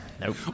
nope